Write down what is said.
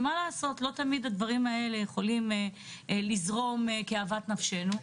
ומה לעשות לא תמיד הדברים האלה יכולים לזרום כאוות נפשנו,